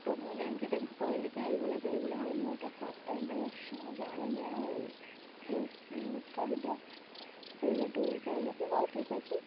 ତ ମୁଁ ଯାଇକି ତାଙ୍କୁ କହିଲି କି ଏଇ ଭଳିଆକୁ ଏଇ ଭଳିଆ ଆଉ ମୁଁ ଏଇଟା ଫାର୍ଷ୍ଟ ଟାଇମ୍ ପାଇଁ ଆସିଛି ମୁଁ ଜାଣିନି ଆଉ ପ୍ଲିଜ୍ କହିଦିଅ ସିଏ ସେଠୁ କହିଲେ କି ହଉ ଠିକ୍ ଅଛି